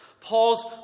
Paul's